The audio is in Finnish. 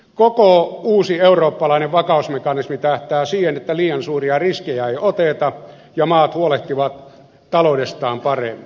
koko uusi eurooppalainen vakausmekanismi tähtää siihen että liian suuria riskejä ei oteta ja maat huolehtivat taloudestaan paremmin